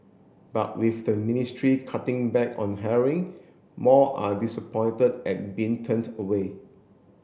but with the ministry cutting back on hiring more are disappointed at being turned away